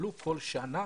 יקבלו כל שנה